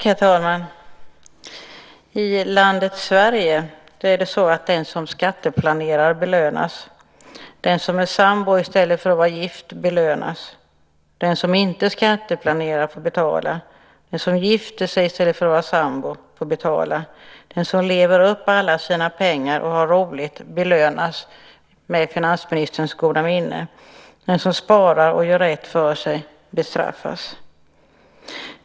Herr talman! I landet Sverige belönas den som skatteplanerar. Den som är sambo i stället för att vara gift belönas. Den som inte skatteplanerar får betala. Den som gifter sig i stället för att vara sambo får betala. Den som lever upp alla sina pengar och har roligt belönas med finansministerns goda minne. Den som sparar och gör rätt för sig bestraffas.